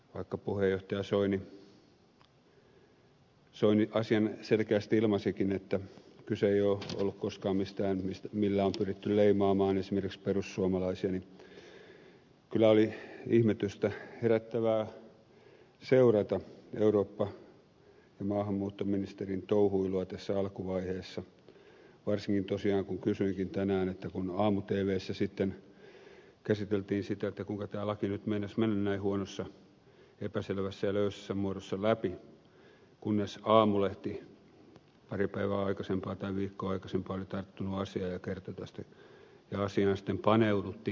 vaikka puheenjohtaja soini asian selkeästi ilmaisikin että kyse ei ole ollut koskaan mistään sellaisesta millä on pyritty leimaamaan esimerkiksi perussuomalaisia niin kyllä oli ihmetystä herättävää seurata eurooppa ja maahanmuuttoministerin touhuilua tässä alkuvaiheessa varsinkin tosiaan kun kysyinkin tänään siitä kun aamu tvssä sitten käsiteltiin sitä kuinka tämä laki nyt meinasi mennä näin huonossa epäselvässä ja löysässä muodossa läpi kunnes aamulehti pari päivää aikaisempaan tai viikkoa aikaisempaan oli tarttunut asiaan ja kertoi tästä ja asiaan sitten paneuduttiin